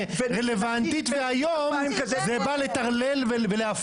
רלוונטית והיום זה בא לטרלל ולהפריע?